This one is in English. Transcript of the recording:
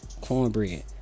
cornbread